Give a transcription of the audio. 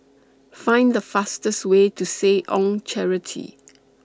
Find The fastest Way to Seh Ong Charity